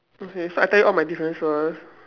okay so I tell you all my differences